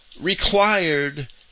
required